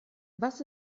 was